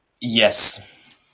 Yes